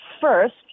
first